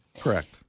Correct